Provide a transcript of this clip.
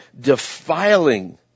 defiling